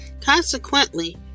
Consequently